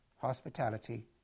hospitality